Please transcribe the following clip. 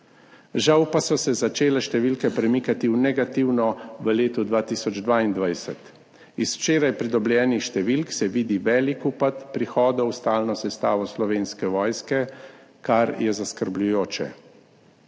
Žal pa so se začele številke premikati v negativno v letu 2022. Iz včeraj pridobljenih številk se vidi velik upad prihodov v stalno sestavo Slovenske vojske, kar je zaskrbljujoče.